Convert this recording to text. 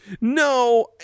no